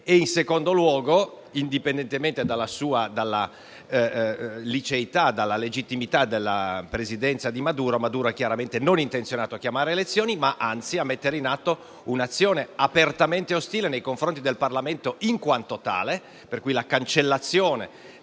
in secondo luogo, indipendentemente dalla legittimità della presidenza di Maduro, quest'ultimo non è intenzionato a convocare le elezioni, ma anzi intende mettere in atto un'azione apertamente ostile nei confronti del Parlamento in quanto tale. La cancellazione